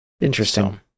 Interesting